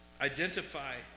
Identify